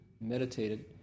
meditated